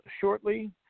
shortly